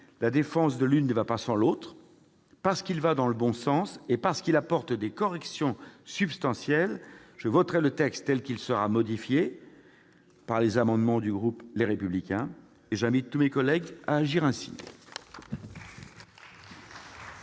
La défense de l'une ne va pas sans l'autre ! Parce qu'il va dans le bon sens et parce qu'il apporte des corrections substantielles, je voterai le texte tel qu'il sera modifié par les amendements du groupe Les Républicains. J'invite tous mes collègues à agir ainsi